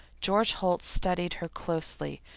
george holt studied her closely,